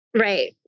Right